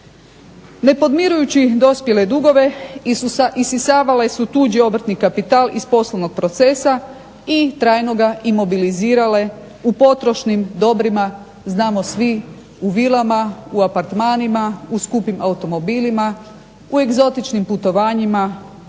Ne podmirujući dospjele dugove isisavale su tuđi obrtni kapital iz poslovnog procesa i trajno ga imobilizirale u potrošnim dobrima. Znamo svi u vilama, u apartmanima, u skupim automobilima, u egzotičnim putovanjima